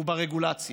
הוא ברגולציה.